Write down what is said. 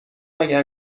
اگر